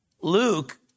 Luke